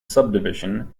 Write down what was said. subdivision